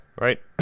right